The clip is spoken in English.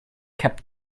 kept